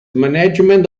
management